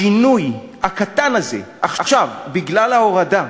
השינוי הקטן הזה עכשיו, בגלל ההורדה,